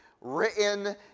written